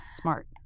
smart